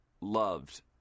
loved